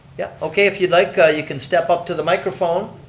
yeah, okay, if you'd like, ah you can step up to the microphone.